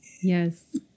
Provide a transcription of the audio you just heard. Yes